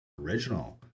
original